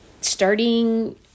starting